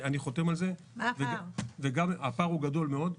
הפער הוא גדול מאוד.